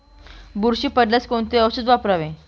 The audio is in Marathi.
बुरशी पडल्यास कोणते औषध वापरावे?